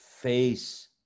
face